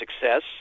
success